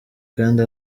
kandi